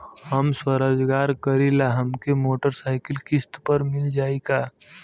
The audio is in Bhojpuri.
हम स्वरोजगार करीला हमके मोटर साईकिल किस्त पर मिल जाई का?